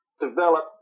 develop